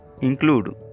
include